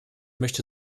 möchte